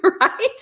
right